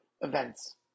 events